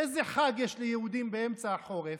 איזה חג יש ליהודים באמצע החורף?